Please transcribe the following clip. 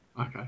Okay